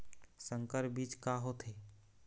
संकर बीज का होथे?